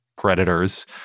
predators